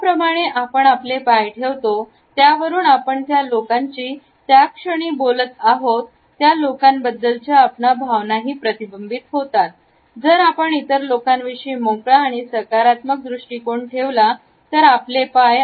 ज्या प्रकारे आपण आपले पाय ठेवतो त्यावरून आपण ज्यां लोकांची त्याक्षणी बोलत आहोत त्या लोकांबद्दलच्या आपल्या भावनाही प्रतिबिंबित होतात जर आपण इतर लोकांविषयी मोकळा आणि सकारात्मक दृष्टीकोन ठेवला तर आपले पाय